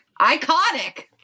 iconic